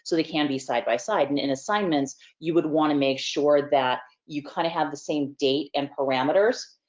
so they can be side by side. and in assignments, you would wanna make sure that, you kinda have the same date and parameters.